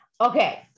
Okay